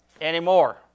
anymore